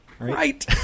right